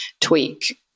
tweak